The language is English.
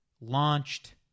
launched